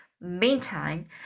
Meantime